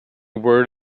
word